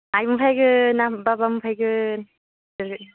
आइमोन फैगोन बाबामोन फैगोन